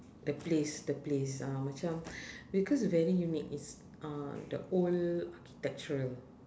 the place the place uh macam because very unique it's uh the old architecture